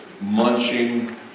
munching